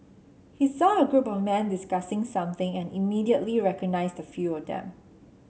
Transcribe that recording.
he saw a group of men discussing something and immediately recognised a few of them